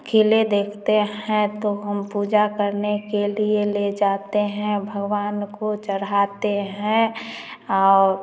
खिले देखते हैं तो हम पूजा करने के लिए ले जाते हैं भगवान को चढ़ाते हैं और